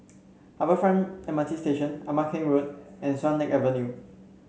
Harbour Front M R T Station Ama Keng Road and Swan Lake Avenue